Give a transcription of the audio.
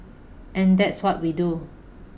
and that's what we do